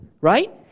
right